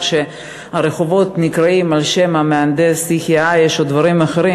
שרחובות נקראים על-שם "המהנדס" יחיא עיאש או אחרים,